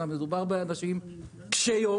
מדובר באנשים קשי יום,